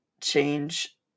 change